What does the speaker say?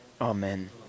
Amen